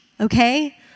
okay